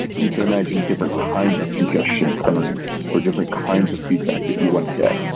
you can imagine different kinds of congestion occurring or different kinds of feedback that you want to get.